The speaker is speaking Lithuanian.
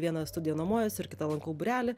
vieną studiją nuomojuosi ir kitą lankau būrelį